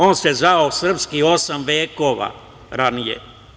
On se zvao srpski osam vekova ranije.